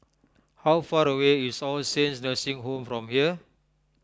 how far away is All Saints Nursing Home from here